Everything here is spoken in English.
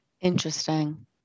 Interesting